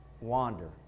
wander